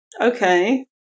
Okay